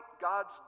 God's